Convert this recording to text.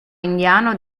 indiano